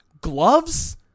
Gloves